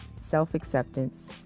self-acceptance